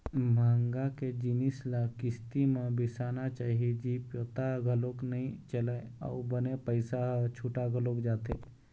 महँगा के जिनिस ल किस्ती म बिसाना चाही जी पता घलोक नइ चलय अउ बने पइसा ह छुटा घलोक जाथे